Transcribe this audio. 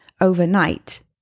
overnight